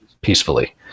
peacefully